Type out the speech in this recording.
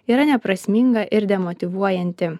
yra neprasminga ir demotyvuojanti